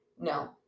no